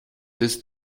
ist